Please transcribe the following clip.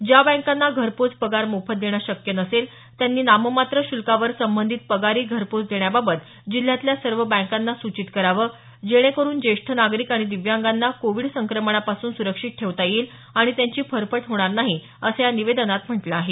ज्या बँकांना घरपोच पगार मोफत देणं शक्य नसेल त्यांनी नाममात्र श्ल्कावर संबंधीत पगारी घरपोच देण्याबाबत जिल्ह्यातल्या सर्व बँकांना सूचित करावं जेणेकरुन जेष्ठ नागरीक आणि दिव्यांगांना कोविड संक्रमणापासून सुरक्षित ठेवता येईल आणि त्यांची फरफट होणार नाही असं या निवेदनात म्हंटलं आहे